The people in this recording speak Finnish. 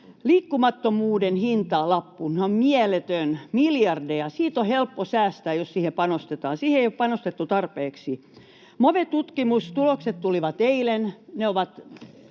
Liikkumattomuuden hintalappu on ihan mieletön, miljardeja. Siitä on helppo säästää, jos siihen panostetaan. Siihen ei ole panostettu tarpeeksi. Move-tutkimustulokset tulivat eilen. Ne ovat